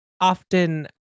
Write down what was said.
Often